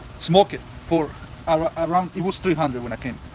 smoke it, for around, it was three hundred when i came.